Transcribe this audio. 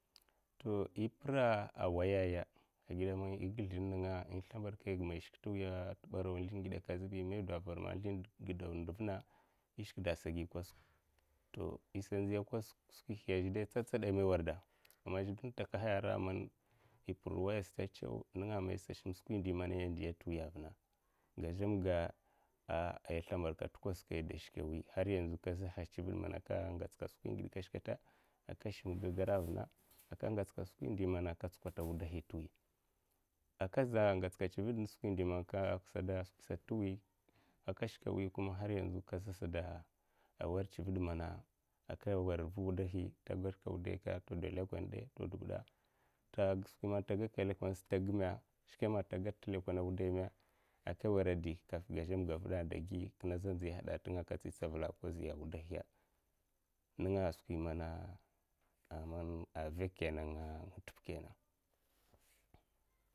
To ipir ai waya’ a ya aigida man i gin sldin ninga'a, in slimbadkaiga mai ishik ta barawa sldin ngidakakka a zhu in sldin gi daw in nduuna ishikda ai sa gi kosok to isa miya kosok skwihiya a zhe tsa tsad ai man warda aman zhekle man takahaya man i pir waya tsawisim skwi india, vuna ga zamga ai slimbadkad tu kusok ai da shka wi man ai ka ngatskad. Skwi ngid kut kutta ai sim a, skwi indi ai vuna ai ka ngats kada skwi indi man ai ka sam kad skwi indi ai wudahi a vuna ai za ngats kad tsivid skwi man tiwi ai ka shka wi kuma har yanzu kasa war tsivid mana wudahi, ka war vu wudah man ta gakan lekole tagimu ta da lukole de ko ta dubida ta gakad lekole sa shkame a, ta gatniv ai ka wera'a, gazanga ai nziyahad ai ngozi ai wudai garzamga ai ka tsi tsaval ai wudai ai ngozi ninga'a, skwi man nga tipa kaina